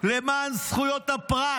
למען זכויות הפרט,